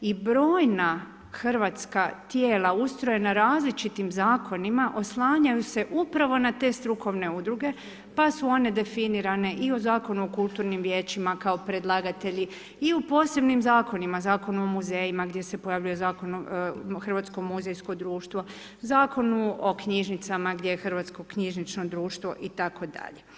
I brojna hrvatska tijela ustrojena različitim zakonima, oslanjaju se upravo na te strukovne udruge, pa su one definirane i o Zakonu o kulturnim vijećima, kao predlagatelji i u posebnim zakonima, Zakonom o muzejima, gdje se pojavljuje zakon, hrvatsko muzejsko društvo, Zakonu o knjižnicama, gdje je hrvatsko knjižničko društvo itd.